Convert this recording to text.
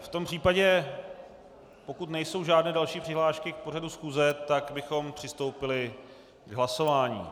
V tom případě, pokud nejsou žádné další přihlášky k pořadu schůze, tak bychom přistoupili k hlasování.